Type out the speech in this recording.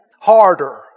harder